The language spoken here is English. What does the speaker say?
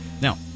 Now